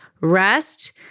rest